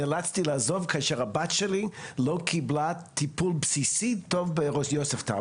נאלצתי לעזוב כאשר הבת שלי לא קיבלה טיפול בסיסי טוב ביוספטל.